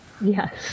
Yes